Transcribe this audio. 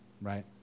right